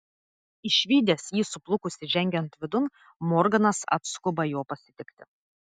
išvydęs jį suplukusį žengiant vidun morganas atskuba jo pasitikti